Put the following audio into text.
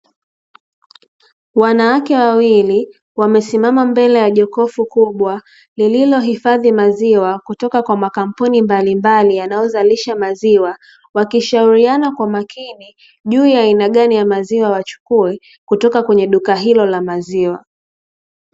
Wanawake wawili wamesimama mbele ya jokofu kubwa, lililohifadhi maziwa kutoka kwa makampuni mbalimbali yanayozalisha maziwa, wakishauriana kwa makini juu ya aina gani ya maziwa wachukue kutoka kwenye duka hilo la maziwa.